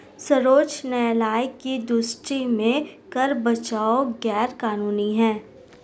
सर्वोच्च न्यायालय की दृष्टि में कर बचाव गैर कानूनी है